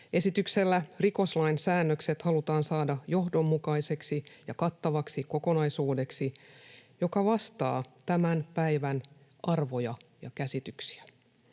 Esityksellä rikoslain säännökset halutaan saada johdonmukaiseksi ja kattavaksi kokonaisuudeksi, joka vastaa tämän päivän arvoja ja käsityksiä.